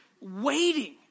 waiting